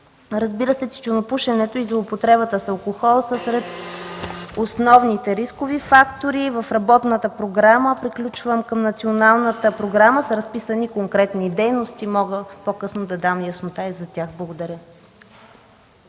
Разбира се, тютюнопушенето и злоупотребата с алкохола са сред основните рискови фактори. Приключвам. В работната програма към националната програма са разписани конкретни дейности. Мога по-късно да дам яснота и по тях. Благодаря.